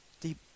deep